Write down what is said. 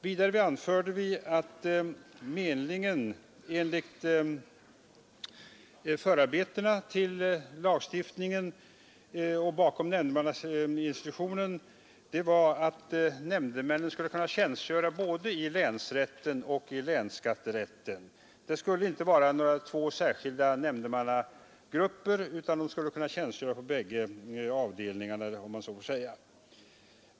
Vidare anförde vi att meningen enligt förarbetena till lagstiftningen och bakom nämndemannainstitutionen var att nämndemännen skulle kunna tjänstgöra både i länsrätten och i länsskatterätten. Det skulle inte vara två särskilda nämndemannagrupper, utan de skulle kunna tjänstgöra på båda ställena.